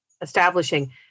establishing